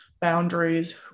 boundaries